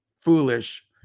foolish